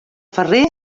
ferrer